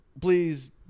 please